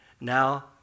Now